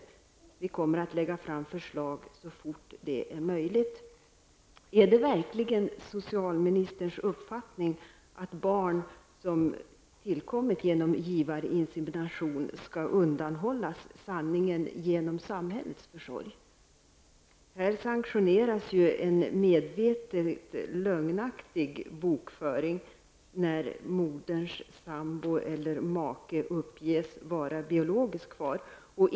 Hon sade vidare att ''vi kommer att lägga fram förslag så fort det är möjligt''. Är det verkligen socialministerns uppfattning att barn som tillkommit genom givarinsemination skall undanhållas sanningen genom samhällets försorg? Här sanktioneras ju en medvetet lögnaktig bokföring i och med att moderns sambo eller make uppges vara biologisk far.